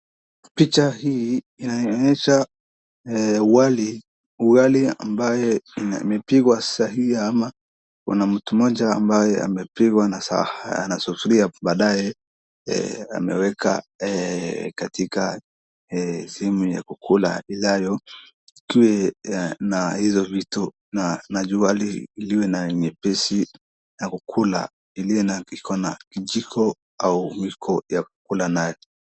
Picha hii inaonyesha ugali ambayo imepikwa sahii ama kuna mtu mmoja ambaye amepika na sufuria, baadae ameweka katika sehemu ya kukula inayo na hizo vitu na ugali iwe nyepesi ya kukula iliyo na kijiko au mwiko ya kukula nayo.